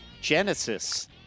genesis